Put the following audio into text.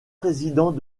président